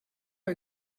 are